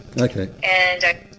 Okay